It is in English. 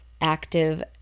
active